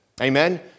Amen